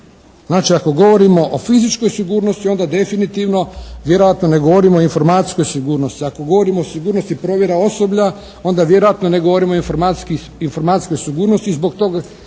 Znači ako govorimo o fizičkoj sigurnosti onda definitivno vjerojatno ne govorimo o informacijskoj sigurnosti. Ako govorimo o sigurnosti provjera osoblja onda vjerojatno ne govorimo o informacijskoj sigurnosti. Zbog tog